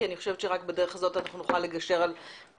אני חושבת שרק בדרך הזאת אנחנו נוכל לגשר על פערים,